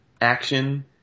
action